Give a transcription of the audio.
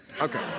Okay